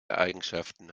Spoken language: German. eigenschaften